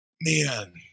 Man